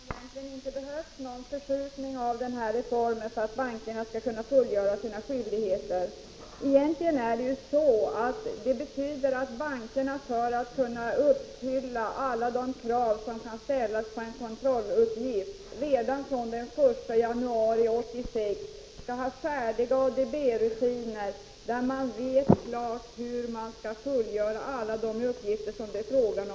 Herr talman! Jan Bergqvist menar att det inte behövs någon förskjutning av denna reform för att bankerna skall kunna fullgöra sina skyldigheter. Detta betyder att bankerna, för att kunna uppfylla alla de krav som kan ställas på en kontrolluppgift, redan den 1 januari 1986 skall ha färdiga ADB-rutiner.